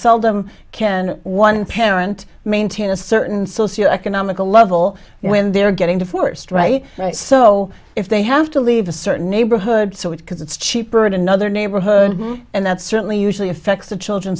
them can one parent maintain a certain socio economical level when they're getting divorced right so if they have to leave a certain neighborhood so it's because it's cheaper in another neighborhood and that certainly usually affects the children